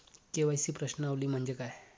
KYC प्रश्नावली म्हणजे काय?